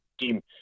team